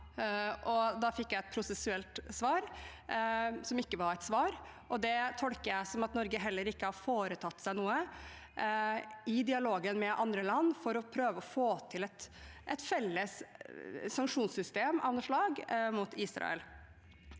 Da fikk jeg et prosessuelt svar, som ikke var et svar. Det tolker jeg som at Norge heller ikke har foretatt seg noe i dialogen med andre land for å prøve å få til et felles sanksjonssystem av noe slag mot Israel.